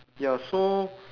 ya so